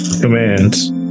commands